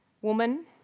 woman